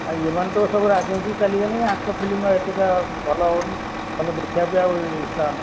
ଆଉ ଏମାନେ ତ ସବୁ ରାଜନୀତି ଚାଲିବେନି ୟା'ଙ୍କ ଫିଲ୍ମ ଏତେଟା ଭଲ ହେଉନି ଭଲ ଦେଖିବାପାଇଁ ଆଉ ଉତ୍ସାହ ନାହିଁ